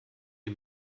die